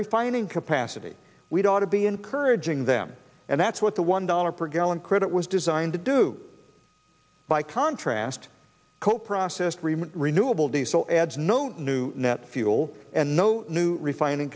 refining capacity we'd ought to be encouraging them and that's what the one dollar per gallon credit was designed to do by contrast co processor renewable diesel adds no new net fuel and no new refining